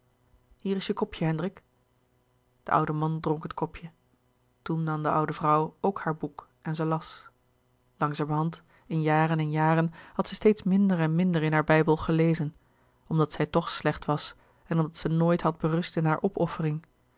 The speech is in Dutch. hier is je kopje hendrik de oude man dronk het kopje toen nam de oude vrouw ook haar boek en ze las langzamerhand in jaren en jaren had zij steeds minder en minder in haar bijbel gelezen omdat zij toch slecht was en omdat zij nooit had berust in hare opoffering